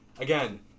Again